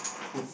boom